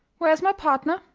where is my partner?